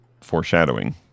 foreshadowing